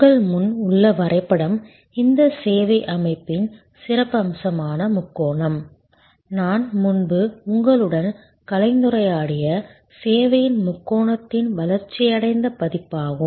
உங்கள் முன் உள்ள வரைபடம் இந்த சேவை அமைப்பின் சிறப்பம்சமான முக்கோணம் நான் முன்பு உங்களுடன் கலந்துரையாடிய சேவையின் முக்கோணத்தின் வளர்ச்சியடைந்த பதிப்பாகும்